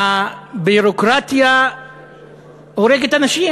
הביורוקרטיה הורגת אנשים,